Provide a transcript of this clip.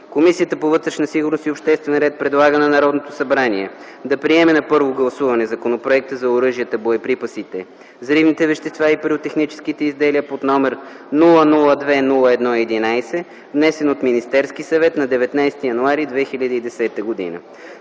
Комисията по вътрешна сигурност и обществен ред предлага на Народното събрание да приеме на първо гласуване Законопроекта за оръжията, боеприпасите, взривните вещества и пиротехническите изделия, № 002-01-11, внесен от Министерския съвет на 19 януари 2010 г.